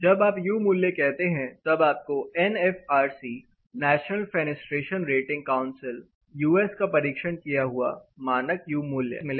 जब आप यू मूल्य कहते हैं तब आपको N F R C national fenestration rating council U S का परीक्षण किया हुआ मानक यू मूल्य मिलेगा